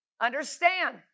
Understand